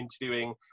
interviewing